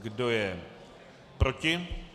Kdo je proti?